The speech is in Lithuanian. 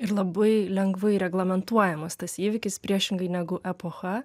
ir labai lengvai reglamentuojamas tas įvykis priešingai negu epocha